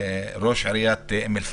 ראש עיריית אום אל פאחם,